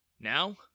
Now